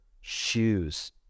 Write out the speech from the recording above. shoes